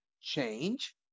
change